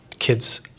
kids